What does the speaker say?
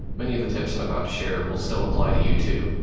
many of the tips i'm about to share will still apply to you, too.